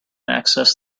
access